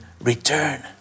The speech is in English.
return